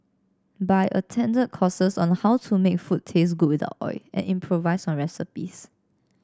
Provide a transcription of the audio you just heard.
but attended courses on how to make food taste good without oil and improvise on recipes